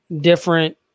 different